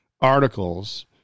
articles